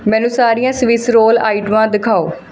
ਮੈਨੂੰ ਸਾਰੀਆਂ Swiss roll ਆਈਟਮਾਂ ਦਿਖਾਓ